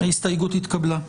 הצבעה ההסתייגות התקבלה.